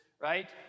Right